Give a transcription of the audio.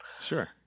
Sure